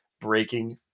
Breaking